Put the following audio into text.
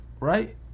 Right